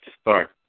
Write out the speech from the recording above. start